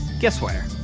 guess where.